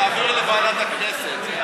תעבירי לוועדת הכנסת.